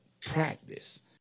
practice